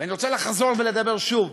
ואני רוצה לחזור ולדבר שוב,